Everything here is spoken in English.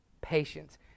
patience